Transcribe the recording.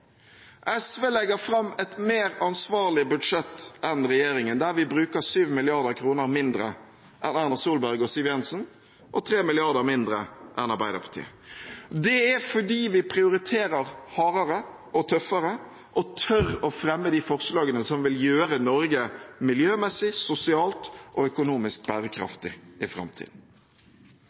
SV legger fram et mer ansvarlig budsjett enn regjeringen, der vi bruker 7 mrd. kr mindre enn Erna Solberg og Siv Jensen og 3 mrd. kr mindre enn Arbeiderpartiet. Det er fordi vi prioriterer hardere og tøffere og tør å fremme de forslagene som vil gjøre Norge miljømessig, sosialt og økonomisk